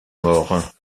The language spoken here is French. mort